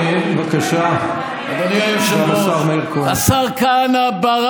בבקשה, השר מאיר כהן.